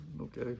Okay